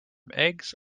eggs